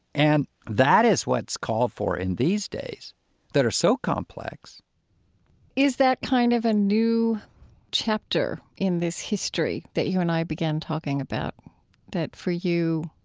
and that is what's called for in these days that are so complex is that kind of a new chapter in this history that you and i began talking about that, for you,